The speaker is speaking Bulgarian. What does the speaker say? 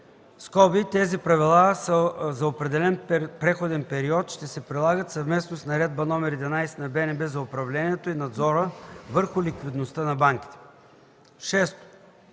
(тези правила за определен преходен период ще се прилагат съвместно с Наредба № 11 на БНБ за управлението и надзора върху ликвидността на банките). 6.